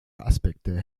aspekte